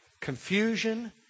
confusion